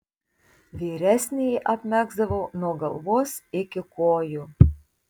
vyresnįjį apmegzdavau nuo galvos iki kojų